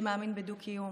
שמאמין בדו-קיום,